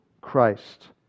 Christ